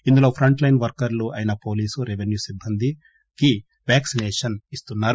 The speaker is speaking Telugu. ఇందులో ఫ్రంట్లైన్ వర్కర్లు అయిన పోలీసులు రెపెన్యూ సిట్బందికి వ్యాక్సినేషన్ ఇస్తున్నారు